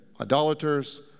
idolaters